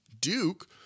Duke